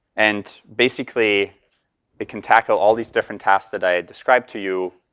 and basically it can tackle all these different tasks that i described to you,